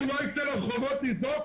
הוא לא ייצא לרחובות לצעוק?